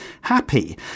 happy